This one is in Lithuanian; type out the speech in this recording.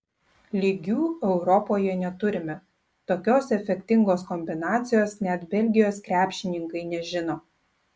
lygių europoje neturime tokios efektingos kombinacijos net belgijos krepšininkai nežino